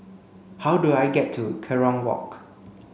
how do I get to Kerong Walk